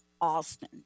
austin